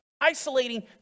isolating